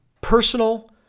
personal